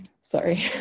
Sorry